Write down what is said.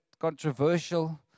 controversial